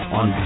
on